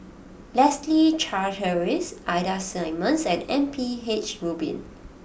Leslie Charteris Ida Simmons and M P H Rubin